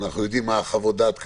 אנחנו יודעים על חוות דעת כאלה.